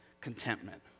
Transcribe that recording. contentment